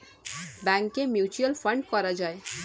ব্যাংকে mutual fund করা যায়